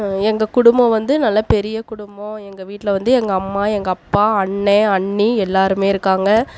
எங்கள் குடும்பம் வந்து நல்ல பெரிய குடும்பம் எங்கள் வீட்டில் வந்து எங்கள் அம்மா எங்கள் அப்பா அண்ணன் அண்ணி எல்லாரும் இருக்காங்க